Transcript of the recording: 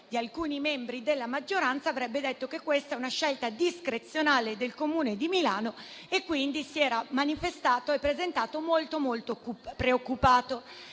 di alcuni membri della maggioranza, avrebbe detto che questa è una scelta discrezionale del Comune di Milano e, quindi, si era dimostrato molto preoccupato.